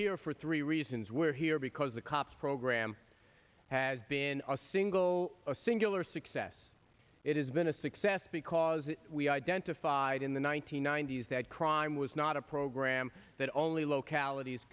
here for three reasons we're here because the cops program has been a single a singular success it has been a success because we identified in the one nine hundred ninety s that crime was not a program that only localities